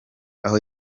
aho